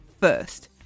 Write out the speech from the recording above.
first